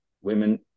women